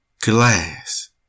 glass